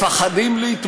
מפחדים להגיש את מועמדותם,